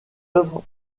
œuvre